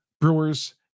Brewers